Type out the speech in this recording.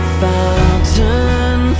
fountain